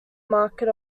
market